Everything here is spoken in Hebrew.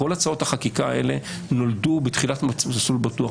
כל הצעות החקיקה האלה נולדו בתחילת מסלול בטוח.